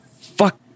Fuck